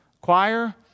Choir